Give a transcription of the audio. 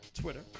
Twitter